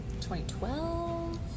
2012